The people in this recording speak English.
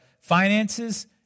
finances